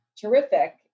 terrific